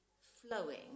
flowing